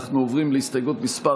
אנחנו עוברים להסתייגות מס'